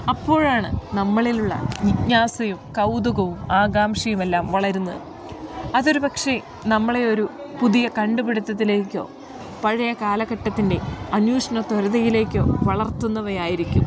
അപ്പോഴാണ് നമ്മളിൽ ഉള്ള ജിജ്ഞാസയും കൗതുകവും ആകാംക്ഷയു എല്ലാം വളരുന്നത് അതൊരു പക്ഷേ നമ്മളെ ഒരു പുതിയ കണ്ട്പിടുത്തത്തിലേക്കോ പഴയ കാലഘട്ടത്തിൻ്റെ അന്വേഷണ ത്വരതയിലേക്കോ വളർത്തുന്നവയായിരിക്കും